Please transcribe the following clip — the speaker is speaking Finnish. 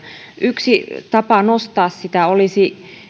yksi tapa nostaa sitä olisi